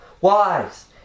Wives